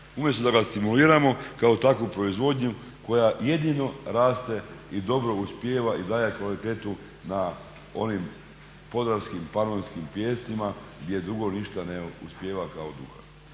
Umjesto da ga stimuliramo kao takvu proizvodnju koja jedino raste i dobro uspijeva i daje kvalitetu na onim podravskim panonskim pijescima gdje drugo ništa ne uspijeva kao duhan.